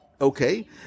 okay